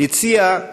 הציעה